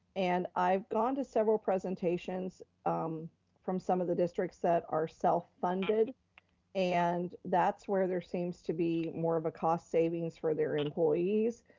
and i've gone to several presentations um from some of the districts that are self-funded and that's where they're seems to be more of the cost savings for their employees.